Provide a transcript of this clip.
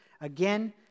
again